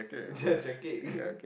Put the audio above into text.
yeah checking